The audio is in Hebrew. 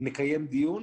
נקיים דיון,